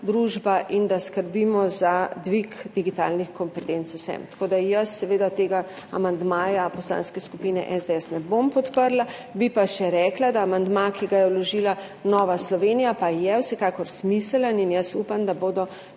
družba, in da skrbimo za dvig digitalnih kompetenc vseh. Jaz tega amandmaja Poslanske skupine SDS ne bom podprla. Bi pa še rekla, da je amandma, ki ga je vložila Nova Slovenija, pa vsekakor smiseln. In jaz upam, da bodo